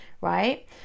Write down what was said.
right